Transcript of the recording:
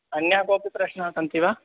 अन्यः केपि प्रश्नाः सन्ति वा